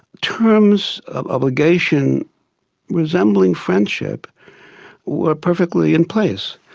terms of obligation resembling friendship were perfectly in place,